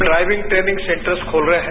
driving training sectors खोल रहे हैं